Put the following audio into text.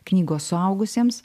knygos suaugusiems